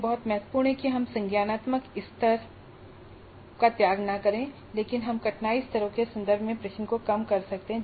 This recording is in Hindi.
यह बहुत महत्वपूर्ण है कि हम संज्ञानात्मक स्तर का त्याग न करें लेकिन हम कठिनाई स्तरों के संदर्भ में प्रश्न को कम कर सकते हैं